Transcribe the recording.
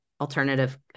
alternative